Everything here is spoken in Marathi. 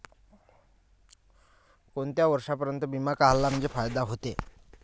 कोनच्या वर्षापर्यंत बिमा काढला म्हंजे फायदा व्हते?